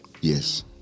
Yes